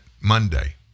Monday